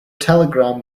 telegram